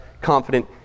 confident